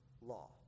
law